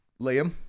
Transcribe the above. Liam